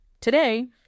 Today